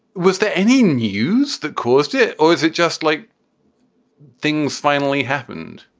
was there any news that caused it? or is it just like things finally happened?